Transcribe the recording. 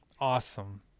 Awesome